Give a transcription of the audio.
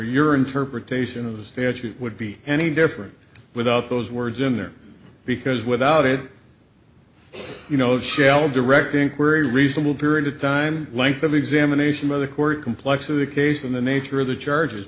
your interpretation of the statute would be any different without those words in there because without it you know shell direct inquiry reasonable period of time length of examination by the court complex a case in the nature of the charges